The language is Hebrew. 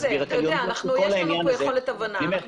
תנסה, אתה יודע, יש לנו פה יכולת הבנה.